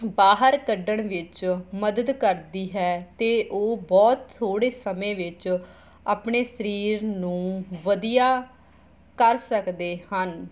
ਬਾਹਰ ਕੱਢਣ ਵਿੱਚ ਮਦਦ ਕਰਦੀ ਹੈ ਅਤੇ ਉਹ ਬਹੁਤ ਥੋੜ੍ਹੇ ਸਮੇਂ ਵਿੱਚ ਆਪਣੇ ਸਰੀਰ ਨੂੰ ਵਧੀਆ ਕਰ ਸਕਦੇ ਹਨ